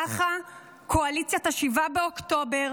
ככה קואליציית 7 באוקטובר